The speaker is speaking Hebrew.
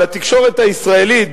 התקשורת הישראלית,